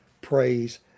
Praise